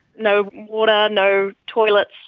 no water, no toilets,